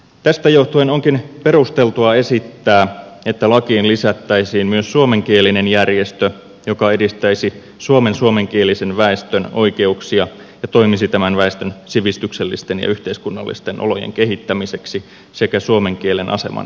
tästä johtuen onkin perusteltua esittää että lakiin lisättäisiin myös suomenkielinen järjestö joka edistäisi suomen suomenkielisen väestön oikeuksia ja toimisi tämän väestön sivistyksellisten ja yhteiskunnallisten olojen kehittämiseksi sekä suomen kielen aseman edistämiseksi